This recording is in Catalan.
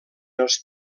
els